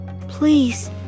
Please